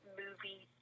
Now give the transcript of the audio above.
movie